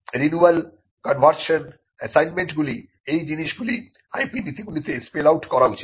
renewal conversion অ্যাসাইনমেন্টগুলি এই জিনিসগুলো IP নীতিগুলিতে স্পেল আউট করা উচিত